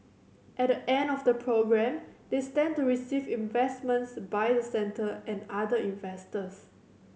at the end of the programme they stand to receive investments by the centre and other investors